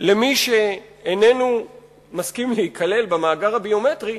למי שאיננו מסכים להיכלל במאגר הביומטרי,